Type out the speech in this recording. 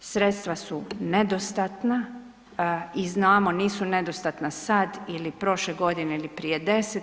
Sredstva su nedostatna i znamo, nisu nedostatna sad ili prošle godine ili prije 10.